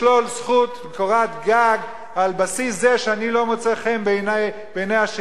לשלול זכות לקורת גג על בסיס זה שאני לא מוצא חן בעיני השני.